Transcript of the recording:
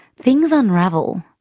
things unravel.